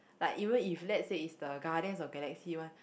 like even if let's say it's the Guardians of Galaxy one